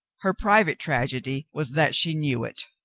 her private tragedy was that she knew it.